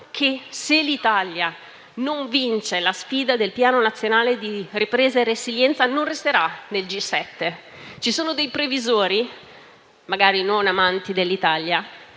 che se l'Italia non vince la sfida del Piano nazionale di ripresa e resilienza non resterà nel G7. Ci sono dei previsori - magari non amanti dell'Italia